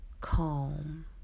calm